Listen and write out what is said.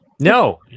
No